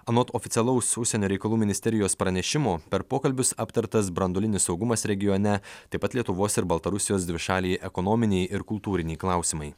anot oficialaus užsienio reikalų ministerijos pranešimo per pokalbius aptartas branduolinis saugumas regione taip pat lietuvos ir baltarusijos dvišaliai ekonominiai ir kultūriniai klausimai